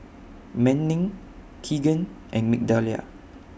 Manning Kegan and Migdalia